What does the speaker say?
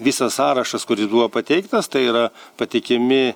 visas sąrašas kuris buvo pateiktas tai yra patikimi